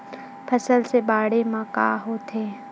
फसल से बाढ़े म का होथे?